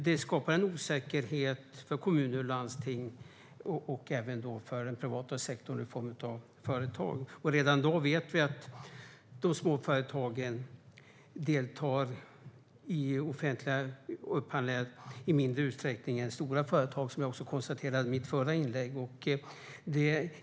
Detta skapar dock en osäkerhet för kommuner och landsting och även för den privata sektorn i form av företag. Redan i dag vet vi att de små företagen deltar i offentliga upphandlingar i mindre utsträckning än stora företag, vilket jag också konstaterade i mitt förra inlägg.